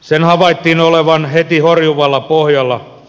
sen havaittiin olevan heti horjuvalla pohjalla